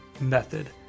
method